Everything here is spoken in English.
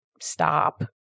stop